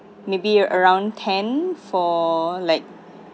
maybe around ten for like